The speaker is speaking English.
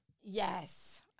Yes